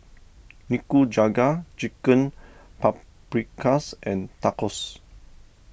Nikujaga Chicken Paprikas and Tacos